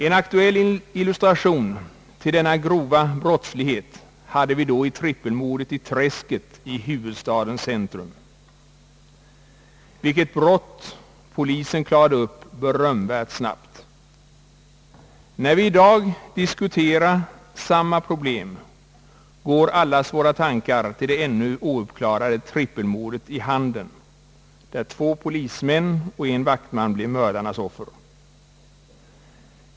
En aktuell illustration till denna grova brottslighet hade vi då i trippelmordet i »Träsket» i huvudstadens centrum, vilket brott polisen klarade upp berömvärt snabbt. När vi i dag diskuterar samma problem, går allas våra tankar till det ännu ouppklarade trippelmordet i Handen, där två polismän och en vaktman blev mördarnas offer.